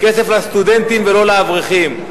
כסף לסטודנטים ולא לאברכים,